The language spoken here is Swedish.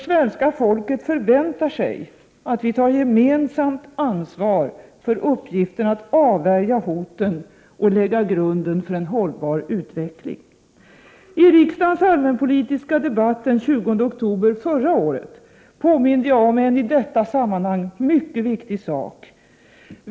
Svenska folket förväntar sig att vi tar gemensamt ansvar för uppgiften att avvärja hoten och lägga grunden för en hållbar utveckling. I riksdagens allmänpolitiska debatt den 20 oktober förra året påminde jag om en i detta sammanhang mycket viktig sak.